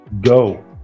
Go